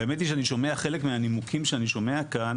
והאמת היא שחלק מהנימוקים שאני שומע כאן